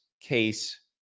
case